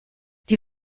die